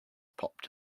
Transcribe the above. popped